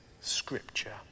scripture